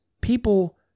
people